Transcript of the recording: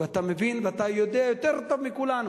ואתה מבין ויודע יותר טוב מכולנו,